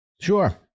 Sure